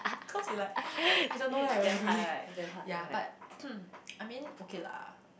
cause they like I don't know where are we ya but I mean okay lah